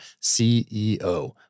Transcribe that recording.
C-E-O